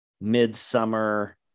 Midsummer